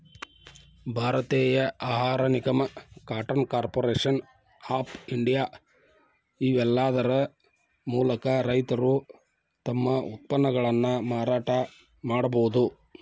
ಭಾರತೇಯ ಆಹಾರ ನಿಗಮ, ಕಾಟನ್ ಕಾರ್ಪೊರೇಷನ್ ಆಫ್ ಇಂಡಿಯಾ, ಇವೇಲ್ಲಾದರ ಮೂಲಕ ರೈತರು ತಮ್ಮ ಉತ್ಪನ್ನಗಳನ್ನ ಮಾರಾಟ ಮಾಡಬೋದು